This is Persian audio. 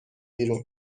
بیرون